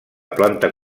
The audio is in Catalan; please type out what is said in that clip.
planta